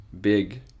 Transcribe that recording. big